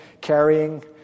carrying